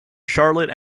charlotte